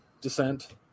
descent